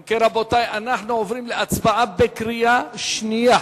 אם כן, רבותי, אנחנו עוברים להצבעה בקריאה השנייה.